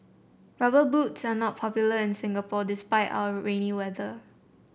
rubber boots are not popular in Singapore despite our rainy weather